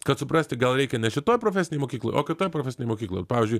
kad suprasti gal reikia ne šitoj profesinėj mokykloj o kitoj profesinėj mokykloj pavyzdžiui